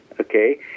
Okay